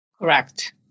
Correct